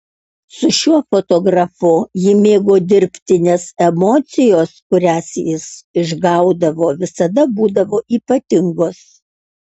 su šiuo fotografu ji mėgo dirbti nes emocijos kurias jis išgaudavo visada būdavo ypatingos